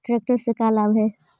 Tractor से का लाभ है?